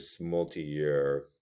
multi-year